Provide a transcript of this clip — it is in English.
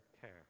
care